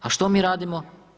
A što mi radimo?